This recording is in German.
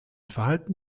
verhalten